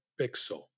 pixel